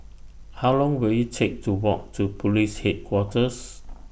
How Long Will IT Take to Walk to Police Headquarters